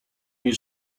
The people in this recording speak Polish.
niej